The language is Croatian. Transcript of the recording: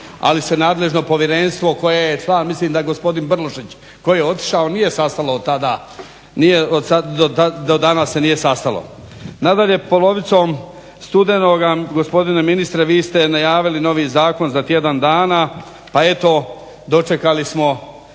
ali se nadležno povjerenstvo koje je član, mislim da je gospodin Brločić koji je otišao, nije sastalo tada, nije do danas se nije sastalo. Nadalje, polovicom studenoga gospodine ministre vi ste najavili novi zakon za tjedan dana, pa eto dočekali smo,